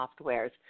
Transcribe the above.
softwares